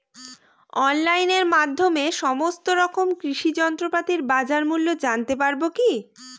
অনলাইনের মাধ্যমে সমস্ত রকম কৃষি যন্ত্রপাতির বাজার মূল্য জানতে পারবো কি?